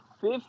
fifth